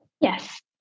Yes